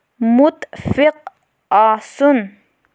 مُتفِق آسُن